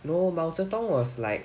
no 毛泽东 was like